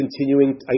continuing